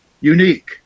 unique